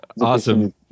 awesome